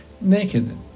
Naked